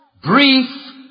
brief